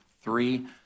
three